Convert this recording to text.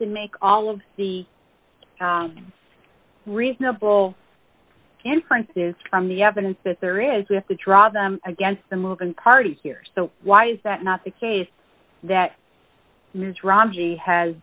to make all of the reasonable inferences from the evidence that there is we have to draw them against the move and party here so why is that not the case that